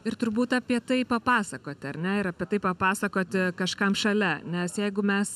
ir turbūt apie tai papasakoti ar ne ir apie tai papasakoti kažkam šalia nes jeigu mes